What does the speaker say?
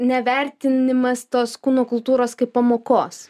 nevertinimas tos kūno kultūros kaip pamokos